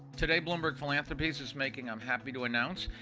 today bloomberg philanthropies is making, i'm happy to announce,